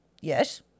Yes